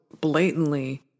blatantly